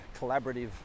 collaborative